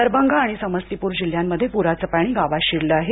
दरभंगा आणि समस्तीपुर जिल्ह्यांमध्ये पुराचे पाणी गावात शिरलं आहे